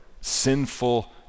sinful